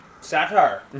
Satire